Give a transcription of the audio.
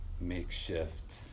makeshift